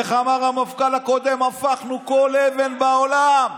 איך אמר המפכ"ל הקודם, הפכנו כל אבן בעולם.